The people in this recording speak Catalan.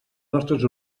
nostres